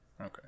Okay